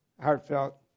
heartfelt